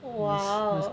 !walao!